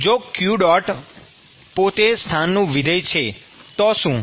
જો q પોતે સ્થાનનું વિધેય છે તો શું